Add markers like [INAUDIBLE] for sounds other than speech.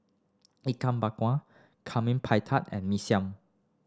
Ikan Bakar [UNINTELLIGIBLE] pie tee and Mee Siam